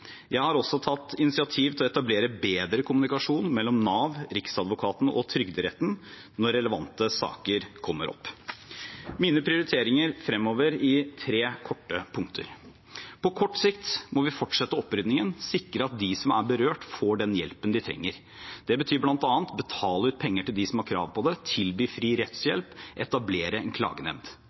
Jeg har også tatt initiativ til å etablere bedre kommunikasjon mellom Nav, Riksadvokaten og Trygderetten når relevante saker kommer opp. Mine prioriteringer fremover – i tre korte punkter – er: På kort sikt må vi fortsette opprydningen og sikre at de som er berørt, får den hjelpen de trenger. Det betyr bl.a. å betale ut penger til dem som har krav på det, tilby fri rettshjelp og etablere en